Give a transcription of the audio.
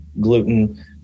gluten